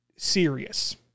Serious